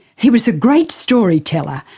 he was a great storyteller,